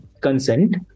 consent